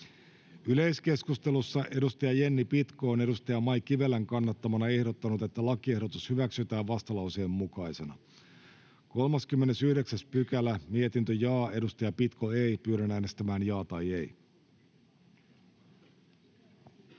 Yleiskeskustelussa edustaja Jenni Pitko on edustaja Mai Kivelän kannattamana ehdottanut, että lakiehdotus hyväksytään vastalauseen mukaisena. [Speech 4] Speaker: Jussi Halla-aho Party: N/A